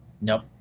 Nope